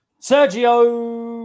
Sergio